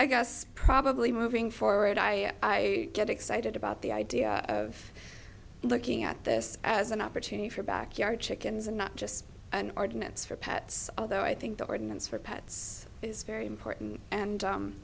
i guess probably moving forward i get excited about the idea of looking at this as an opportunity for backyard chickens and not just an ordinance for pets although i think the ordinance for pets is very important and